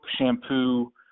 shampoo